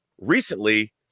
recently